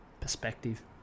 Perspective